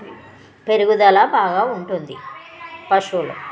పెరుగుదల బాగా ఉంటుంది పశువులు